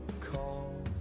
call